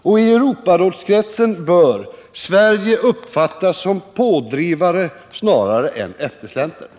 I Europarådskretsen bör Sverige uppfattas som pådrivare snarare än som eftersläntrare.